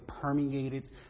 permeated